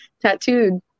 tattooed